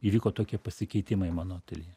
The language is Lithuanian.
įvyko tokie pasikeitimai mano ateljė